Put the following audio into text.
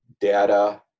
data